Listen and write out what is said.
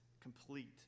complete